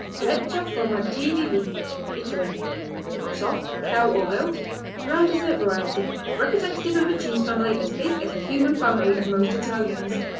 lecco, formaggini di italy soft cow or goat round dessert variety representative of a cheese family as big as the human family of most italians.